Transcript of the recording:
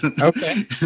okay